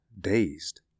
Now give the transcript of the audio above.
dazed